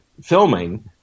filming